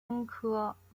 玄参科